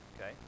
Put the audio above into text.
okay